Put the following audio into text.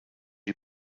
die